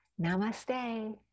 Namaste